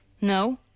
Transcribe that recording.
No